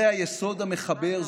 זה היסוד המחבר.